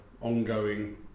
ongoing